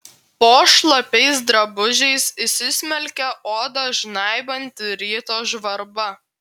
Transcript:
po šlapiais drabužiais įsismelkė odą žnaibanti ryto žvarba